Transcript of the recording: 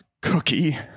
cookie